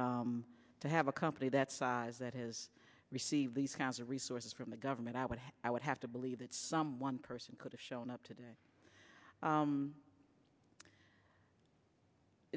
but to have a company that size that has received these kinds of resources from the government i would have i would have to believe that some one person could have shown up today